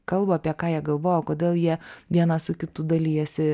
kalba apie ką jie galvoja kodėl jie vienas su kitu dalijasi